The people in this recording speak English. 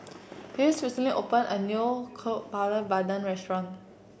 Giles recently open a new Kueh Bakar Pandan restaurant